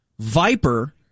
Viper